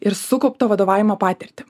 ir sukauptą vadovavimo patirtį